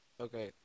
Okay